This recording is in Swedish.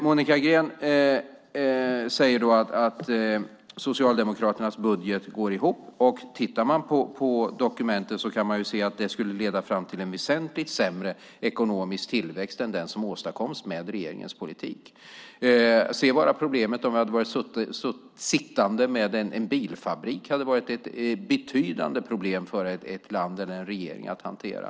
Monica Green säger att Socialdemokraternas budget går ihop. Om man tittar på dokumenten kan man se att det skulle leda till en väsentligt sämre ekonomisk tillväxt än den som åstadkoms med regeringens politik. Se bara på problemet om vi hade blivit sittande med en bilfabrik. Det hade varit ett betydande problem för ett land eller en regering att hantera.